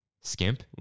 skimp